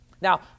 Now